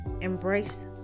Embrace